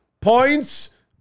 points